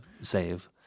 save